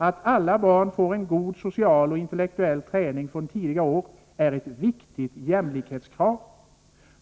Att alla barn får en god social och intellektuell träning från tidig ålder är ett viktigt jämlikhetskrav.